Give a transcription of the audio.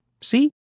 See